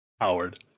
Howard